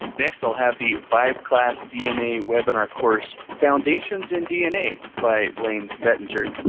next, i'll have the five class dna webinar course, foundations in dna by blaine bettinger.